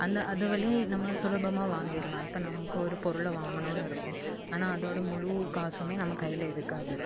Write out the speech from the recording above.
அந்த அது வழியா நம்ம சுலபமாக வாங்கிடலாம் இப்போ நமக்கு ஒரு பொருளை வாங்கணும்னு இருக்கும் ஆனால் அதோடய முழு காசுமே நம்ம கையில இருக்காது